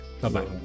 Bye-bye